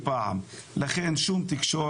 ולכן אני גם מצטרפת